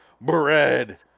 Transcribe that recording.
Bread